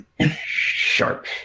Sharp